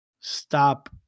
stop